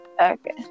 Okay